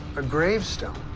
a gravestone.